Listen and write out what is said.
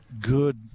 good